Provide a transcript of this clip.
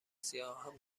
سیاهم